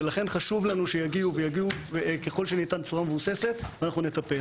ולכן חשוב לנו שיגיעו ויגיעו ככל שניתן בצורה מבוססת ואנחנו נטפל.